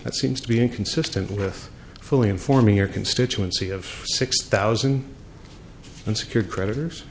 that seems to be inconsistent with fully informing your constituency of six thousand and secured creditors